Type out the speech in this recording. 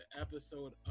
episode